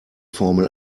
formel